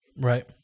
Right